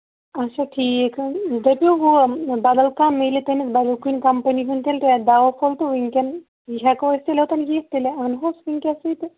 اَچھا ٹھیٖک ہن دٔپِو ہُہ بدل کانٛہہ میلہِ تٔمِس بدل کُنہِ کَمپٔنۍ ہُنٛد تیٚلہِ دواہ پھوٚل تہٕ ؤنکیٚن ہیٚکو أسۍ تیٚلہِ اوٚتن یِتھ تہٕ تیٚلہِ اَنہوس ؤنکیٚسٕے تہٕ